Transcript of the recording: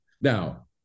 Now